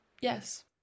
Yes